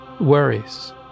worries